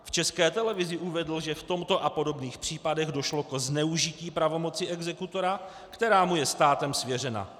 V České televizi uvedl, že v tomto a podobných případech došlo ke zneužití pravomoci exekutora, která mu je státem svěřena.